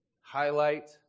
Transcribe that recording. highlight